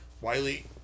Wiley